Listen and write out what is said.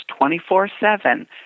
24-7